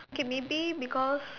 K maybe because